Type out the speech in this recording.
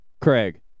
Craig